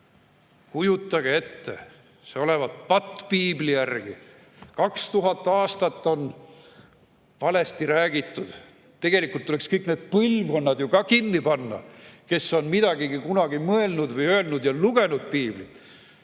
Kujutage ette, see olevat patt Piibli järgi. 2000 aastat on valesti räägitud. Tegelikult tuleks kõik need põlvkonnad ka kinni panna, kes on midagigi kunagi mõelnud või öelnud [Piibli